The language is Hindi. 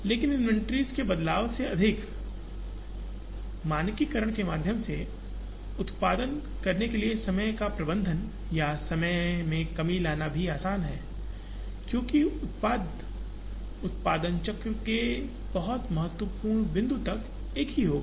लेकिन इन्वेंट्री के बदलाव से अधिक मानकीकरण के माध्यम से उत्पादन करने के लिए समय का प्रबंधन या समय में कमी लाना भी आसान है क्योंकि उत्पाद उत्पादन चक्र के बहुत महत्वपूर्ण बिंदु तक एक ही होगा